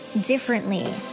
differently